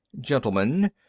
Gentlemen